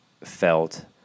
felt